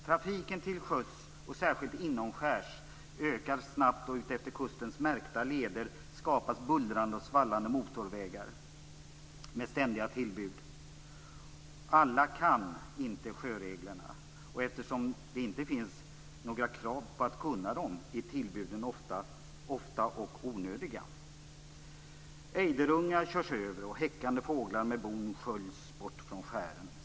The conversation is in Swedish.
Trafiken till sjöss och särskilt inomskärs ökar snabbt, och utefter kustens märkta leder skapas bullrande och svallande motorvägar med ständiga tillbud. Alla kan inte sjöreglerna, och eftersom det inte finns några krav på att man skall kunna dem är tillbuden ofta förekommande och onödiga. Ejderungar körs över, och häckande fåglar med bon sköljs bort från skären.